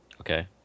Okay